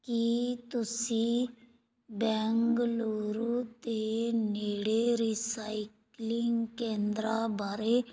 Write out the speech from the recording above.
ਕੀ ਤੁਸੀਂ ਬੈਂਗਲੁਰੂ ਦੇ ਨੇੜੇ ਰੀਸਾਈਕਲਿੰਗ ਕੇਂਦਰਾਂ ਬਾਰੇ